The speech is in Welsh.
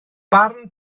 barn